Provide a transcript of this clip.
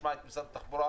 ונשמע את משרד התחבורה